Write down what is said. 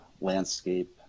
landscape